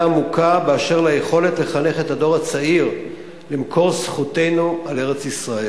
עמוקה באשר ליכולת לחנך את הדור הצעיר על מקור זכותנו על ארץ-ישראל.